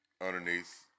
underneath